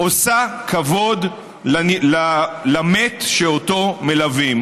עושה כבוד למת שאותו מלווים.